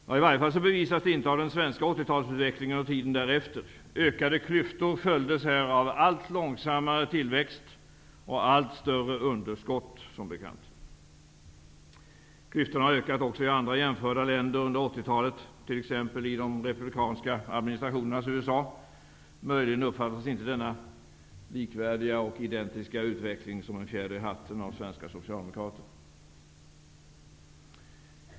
Ja, i varje fall bevisas det inte av den svenska 1980 talsutvecklingen och tiden därefter. Ökade klyftor följdes här av allt långsammare tillväxt och allt större underskott som bekant. Klyftorna har ökat också i andra jämförda länder under 1980-talet, t.ex. i de republikanska administrationernas USA. Möjligen uppfattas inte denna likvärdiga och identiska utveckling som en fjäder i hatten av svenska socialdemokrater.